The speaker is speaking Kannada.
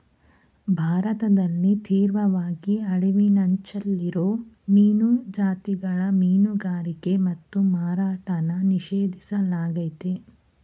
ಭಾರತದಲ್ಲಿ ತೀವ್ರವಾಗಿ ಅಳಿವಿನಂಚಲ್ಲಿರೋ ಮೀನು ಜಾತಿಗಳ ಮೀನುಗಾರಿಕೆ ಮತ್ತು ಮಾರಾಟನ ನಿಷೇಧಿಸ್ಲಾಗಯ್ತೆ